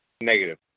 Negative